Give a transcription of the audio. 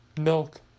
milk